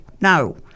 no